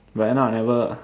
but right now I never